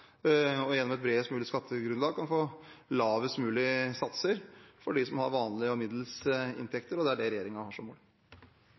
og gjennom et bredest mulig skattegrunnlag kan få lavest mulig satser for dem som har vanlig og middels